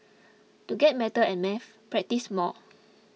to get matter at maths practise more